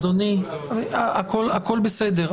אדוני, הכול בסדר.